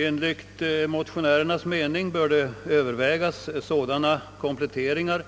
Enligt motionärernas mening bör det övervägas sådana kompletteringar